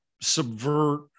subvert